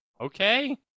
Okay